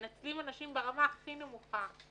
מנצלים אנשים ברמה הכי נמוכה,